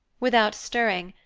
without stirring,